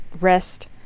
rest